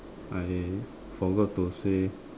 I forgot to say